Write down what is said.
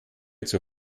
zur